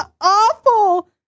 awful